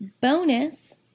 bonus